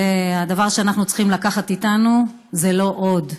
והדבר שאנחנו צריכים לקחת איתנו זה "לא עוד".